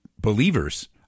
believers